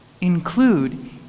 include